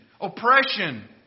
oppression